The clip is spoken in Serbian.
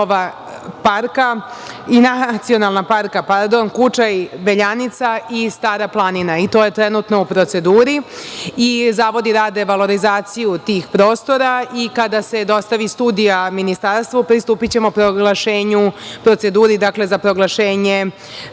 dva nova nacionalna parka "Kučaj-Beljanica" i "Stara plnanina". To je trenutno u proceduri. Zavodi rade valorizaciju tih prostora i kada se dostavi studija Ministarstvu pristupićemo proglašenju proceduri, dakle za proglašenje